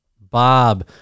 Bob